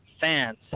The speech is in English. fans